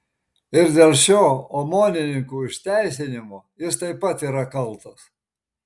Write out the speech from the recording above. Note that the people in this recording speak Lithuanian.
ir dėl šio omonininkų išteisinimo jis taip pat yra kaltas